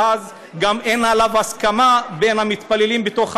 ואז גם אין עליו הסכמה בין המתפללים בתוך המסגד,